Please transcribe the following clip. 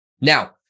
Now